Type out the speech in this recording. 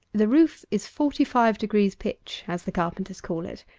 the roof is forty-five degrees pitch, as the carpenters call it.